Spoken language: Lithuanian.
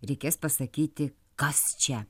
reikės pasakyti kas čia